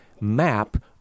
map